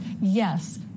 Yes